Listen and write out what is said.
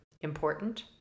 important